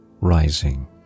rising